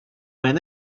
minn